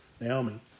Naomi